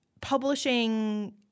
publishing –